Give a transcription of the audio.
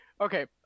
okay